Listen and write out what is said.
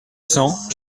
cents